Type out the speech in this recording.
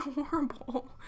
horrible